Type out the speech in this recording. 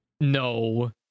No